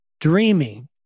dreaming